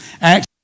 Acts